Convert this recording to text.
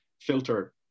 filter